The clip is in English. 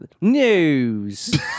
News